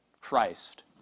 Christ